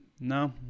No